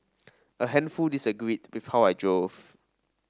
a handful disagreed with how I drove